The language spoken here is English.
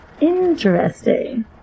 Interesting